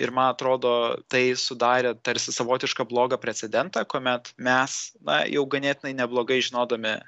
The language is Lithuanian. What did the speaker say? ir ma atrodo tai sudarė tarsi savotišką blogą precedentą kuomet mes na jau ganėtinai neblogai žinodami